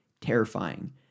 terrifying